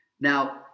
Now